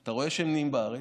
אתה רואה שהם בארץ,